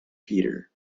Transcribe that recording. peter